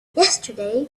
yesterday